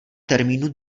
termínu